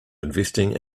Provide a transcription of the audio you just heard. investing